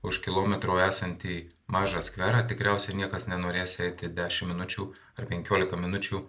už kilometro esantį mažą skverą tikriausiai niekas nenorės eiti dešim minučių ar penkiolika minučių